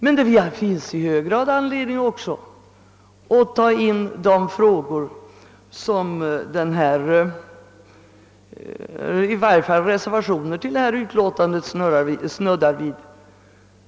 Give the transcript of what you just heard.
Men det finns i hög grad anledning att också ta upp frågor som i varje fall reservationer till detta utlåtande berör.